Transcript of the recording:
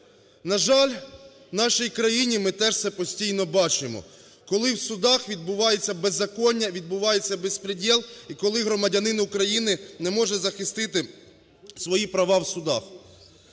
На жаль, в нашій країні ми теж це постійно бачимо, коли в судах відбувається беззаконня, відбувається безпрєдєл, і коли громадянин України не може захистити свої права в судах.